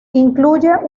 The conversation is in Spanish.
incluye